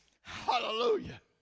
Hallelujah